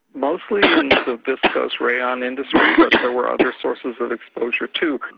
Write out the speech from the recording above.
mostly in the viscose rayon industry but there were other sources of exposure too.